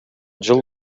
жыл